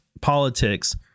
politics